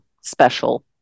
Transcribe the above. Special